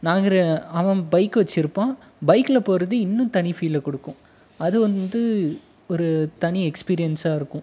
நாங்கள் அவன் பைக்கு வச்சுருப்பான் பைக்கில் போகிறது இன்னும் தனி ஃபீலை கொடுக்கும் அதுவந்து தனி எக்ஸ்பீரியன்ஸாக இருக்கும்